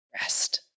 rest